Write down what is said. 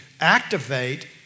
activate